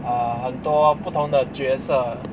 uh 很多不同的角色